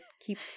keep